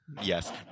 Yes